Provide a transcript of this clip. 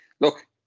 Look